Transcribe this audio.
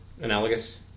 Analogous